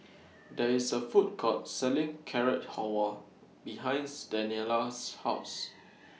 There IS A Food Court Selling Carrot Halwa behinds Daniela's House